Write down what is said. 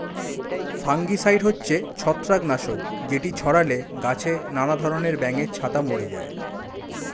fungicide হচ্ছে ছত্রাক নাশক যেটি ছড়ালে গাছে নানা ধরণের ব্যাঙের ছাতা মরে যায়